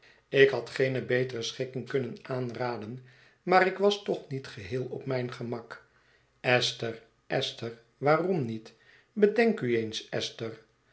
ik had geene betere schikking kunnen aanraden maar ik was toch niet geheel op mijn gemak esther esther waarom niet bedenk u eens esther